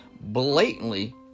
blatantly